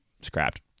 scrapped